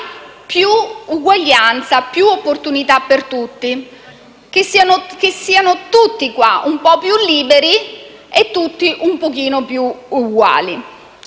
più uguaglianza e più opportunità per tutti, che siano tutti un po' più liberi e tutti un po' più uguali.